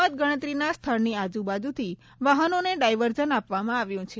મતગણતરીના સ્થળની આજબાજૂથી વાહનોને ડાયવર્ઝન આપવામાં આવ્યું છે